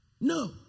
No